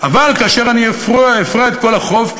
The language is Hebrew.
אבל כאשר אני אפרע את כל החוב,